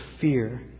fear